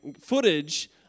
footage